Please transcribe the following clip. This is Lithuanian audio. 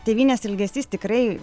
tėvynės ilgesys tikrai